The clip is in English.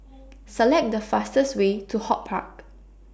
Select The fastest Way to Hort Park